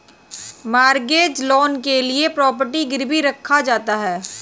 mortgage loan के लिए property गिरवी रखा जाता है